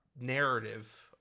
narrative